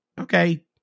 Okay